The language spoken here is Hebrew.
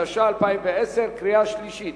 התש"ע 2010. קריאה שלישית,